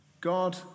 God